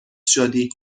شدی